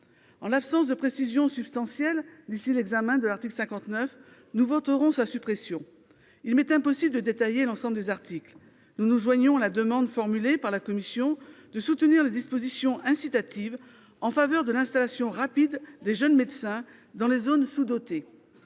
En l'absence de précisions substantielles d'ici à l'examen de l'article 59, nous voterons sa suppression. Il m'est impossible de détailler l'ensemble des articles. Nous nous joignons à la demande formulée par la commission de soutenir les dispositions incitatives en faveur de l'installation rapide de jeunes médecins dans les zones sous-dotées.